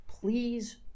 please